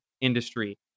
industry